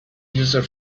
user